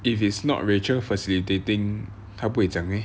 if it's not rachel facilitating 她不会讲 meh